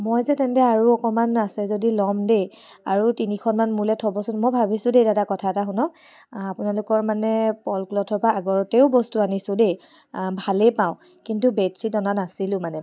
মই যে তেন্তে আৰু অকণমান আছে যদি ল'ম দেই আৰু তিনিখনমান মোলে থ'বচোন মই ভাবিছো দেই দাদা কথা এটা শুনক আপোনালোকৰ মানে পল ক্লথৰ পৰা আগতেও বস্তু আনিছো দেই ভালেই পাওঁ কিন্তু বেডশ্বিট অনা নাছিলো মানে